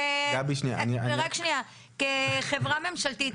כחברה ממשלתית,